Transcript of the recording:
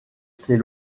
ses